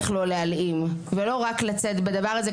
איך לא להעלים ולא רק לצאת בדבר הזה,